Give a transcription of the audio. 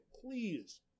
Please